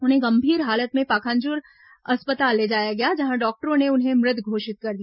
उन्हें गंभीर हालत में पखांजूर अस्पताल ले जाया गया जहां डॉक्टरों ने उन्हें मृत घोषित कर दिया